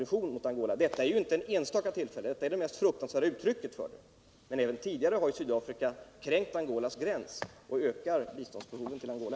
Dessa anfall är ju inte heller någonting som hänt vid något enstaka tillfälle, utan de är bara ett av de fruktansvärda uttrycken för vad som sker. Redan tidigare har Sydafrika kränkt Angolas gräns och därmed ökat biståndsbehoven till Angola.